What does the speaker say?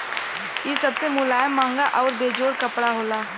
इ सबसे मुलायम, महंगा आउर बेजोड़ कपड़ा होला